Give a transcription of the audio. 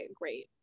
great